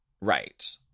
Right